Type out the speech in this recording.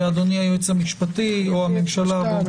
אדוני היועץ המשפטי, בבקשה.